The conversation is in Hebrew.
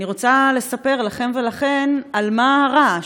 אני רוצה לספר לכם ולכן על מה הרעש,